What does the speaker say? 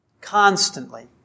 constantly